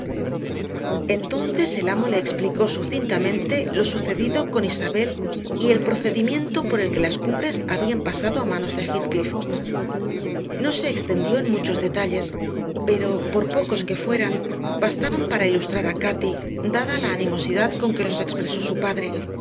entonces el amo le explicó sucintamente lo sucedido con isabel y el procedimiento por el que las cumbres habían pasado a manos de heathcliff no se extendió en muchos detalles pero por pocos que fueran bastaban para ilustrar a cati dada la animosidad con que los expresó su padre